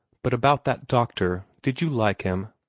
but about that doctor did you like him?